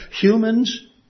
Humans